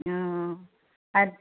ᱚᱻ ᱟᱨ